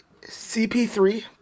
CP3